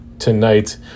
Tonight